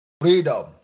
freedom